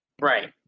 Right